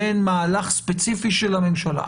בין מהלך ספציפי של הממשלה.